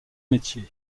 métiers